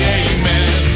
amen